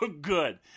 good